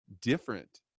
different